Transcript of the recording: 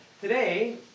today